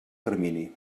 termini